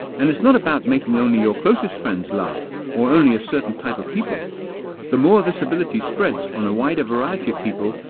and it's not about making only your closest friends laugh or only a certain type of people the more this ability spreads on a wider variety of people,